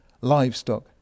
livestock